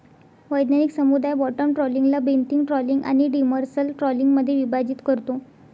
वैज्ञानिक समुदाय बॉटम ट्रॉलिंगला बेंथिक ट्रॉलिंग आणि डिमर्सल ट्रॉलिंगमध्ये विभाजित करतो